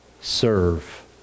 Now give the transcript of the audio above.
serve